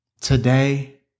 Today